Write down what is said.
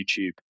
YouTube